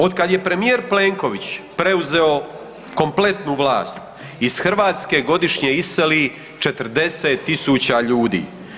Otkad je premijer Plenković preuzeo kompletnu vlast, iz Hrvatske godišnje iseli 40 000 ljudi.